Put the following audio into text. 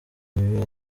ibibera